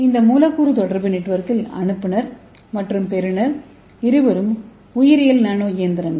இந்த மூலக்கூறு தொடர்பு நெட்வொர்க்கில் அனுப்புநர் மற்றும் பெறுநர் இருவரும் உயிரியல் நானோ இயந்திரங்கள்